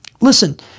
Listen